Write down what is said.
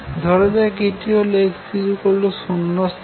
ধরাযাক এটি হল x 0 স্থান